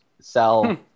sell